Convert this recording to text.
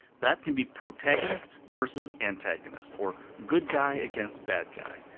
that can be protagonist vs. antagonist, or good guy against bad guy.